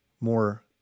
more